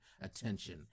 attention